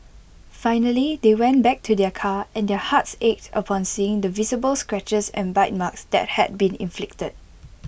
finally they went back to their car and their hearts ached upon seeing the visible scratches and bite marks that had been inflicted